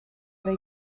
they